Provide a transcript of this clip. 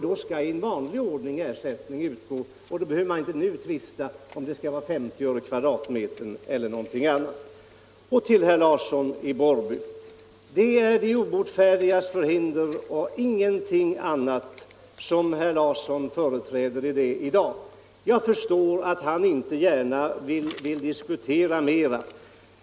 Då skall i vanlig ordning ersättning utgå, och vi behöver inte nu tvista Så till herr Larsson i Borrby! Den ståndpunkt herr Larsson i dag fö Lördagen den reträder är de obotfärdigas förhinder och ingenting annat. Jag förstår 14 december 1974 att han inte gärna vill diskutera mera.